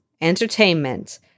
Entertainment